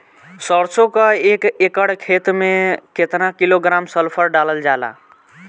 सरसों क एक एकड़ खेते में केतना किलोग्राम सल्फर डालल जाला?